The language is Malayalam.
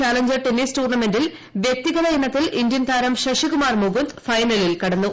പി ചലഞ്ചർ ടെന്നീസ് ടൂർണമെന്റിൽ വൃക്തിഗത ഇനത്തിൽ ഇന്ത്യൻ താരം ശശികുമാർ മുകുന്ദ് ഫൈനലിൽ കടന്നു